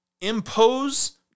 impose